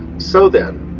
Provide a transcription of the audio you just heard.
so then,